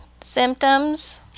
symptoms